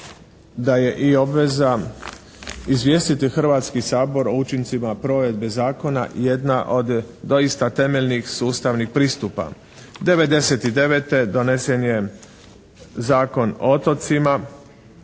da je i obveza izvijestiti Hrvatski sabor o učincima provedbe zakona jedna od doista temeljnih sustavnih pristupa. 99. donesen je Zakon o otocima